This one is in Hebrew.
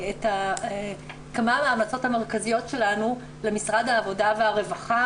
כמה מהמלצות המרכזיות שלנו למשרד העבודה והרווחה,